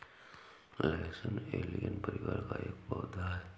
लहसुन एलियम परिवार का एक पौधा है